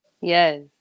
Yes